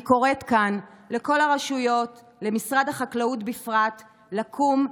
אני קוראת כאן לכל הרשויות ולמשרד החקלאות בפרט לקום,